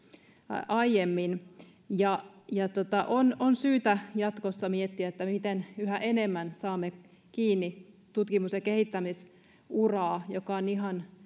aiemmin on on syytä jatkossa miettiä miten yhä enemmän saamme kiinni tutkimus ja kehittämisuraa joka on ihan